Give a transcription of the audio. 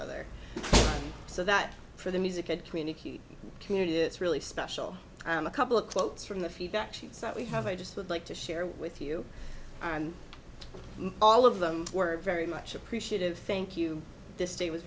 other so that for the music could communicate community it's really special a couple of quotes from the feedback sheets that we have i just would like to share with you all of them were very much appreciated thank you this day was